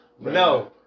no